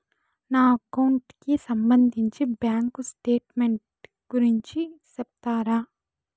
నా అకౌంట్ కి సంబంధించి బ్యాంకు స్టేట్మెంట్ గురించి సెప్తారా